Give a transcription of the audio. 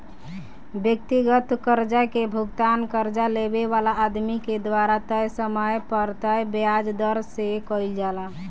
व्यक्तिगत कर्जा के भुगतान कर्जा लेवे वाला आदमी के द्वारा तय समय पर तय ब्याज दर से कईल जाला